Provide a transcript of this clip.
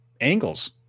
angles